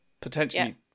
potentially